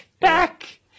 Back